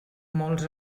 molts